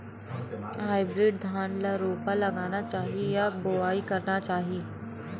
Hybrid धान ल रोपा लगाना चाही या बोआई करना चाही?